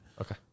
Okay